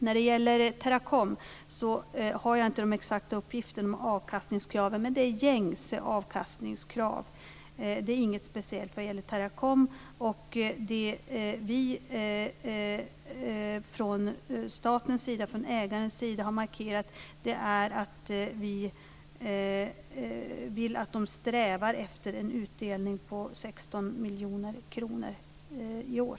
När det gäller Teracom har jag inte de exakta uppgifterna om avkastningskraven, men det är gängse avkastningskrav. Det är inget speciellt vad gäller Teracom. Det vi från statens sida, från ägarens sida, har markerat är att vi vill att de strävar efter en utdelning på 16 miljoner kronor i år.